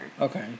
Okay